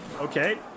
Okay